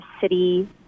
City